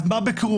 אז מה בקירוב?